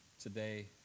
today